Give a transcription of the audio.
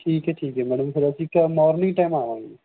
ਠੀਕ ਹੈ ਠੀਕ ਹੈ ਮੈਡਮ ਫਿਰ ਅਸੀਂ ਮੋਰਨਿੰਗ ਟਾਈਮ ਆਵਾਂਗੇ